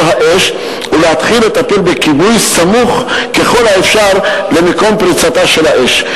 האש ולהתחיל לטפל בכיבוי סמוך ככל האפשר למקום פריצתה של האש.